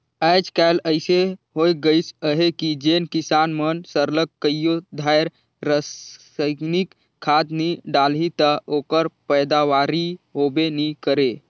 आएज काएल अइसे होए गइस अहे कि जेन किसान मन सरलग कइयो धाएर रसइनिक खाद नी डालहीं ता ओकर पएदावारी होबे नी करे